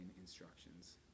instructions